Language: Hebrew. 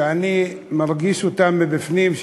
שאני מרגיש אותן בפנים,